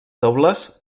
dobles